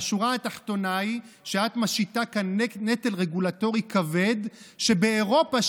השורה התחתונה היא שאת משיתה כאן נטל רגולטורי כבד שבאירופה,